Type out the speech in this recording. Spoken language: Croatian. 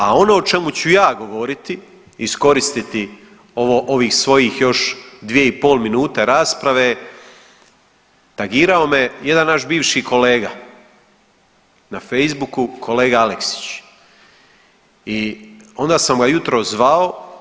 A ono o čemu ću ja govoriti iskoristiti ovih svojih još dvije i pol minute rasprave, tagirao me jedan naš bivši kolega na Facebooku, kolega Aleksić i onda sam ga jutros zvao.